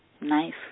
Nice